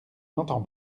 l’entend